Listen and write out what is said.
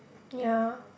ya